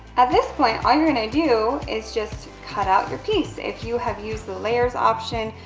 at this point, all your gonna do is just cut out your piece. if you have used the layers option,